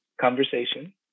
conversation